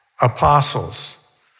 apostles